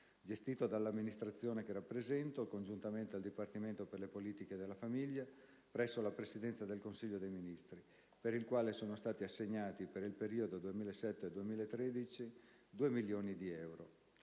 gestito dall'amministrazione che rappresento congiuntamente al Dipartimento per le politiche della famiglia presso la Presidenza del Consiglio dei ministri - per il quale sono stati assegnati, per il periodo 2007-2013, 2 milioni di euro.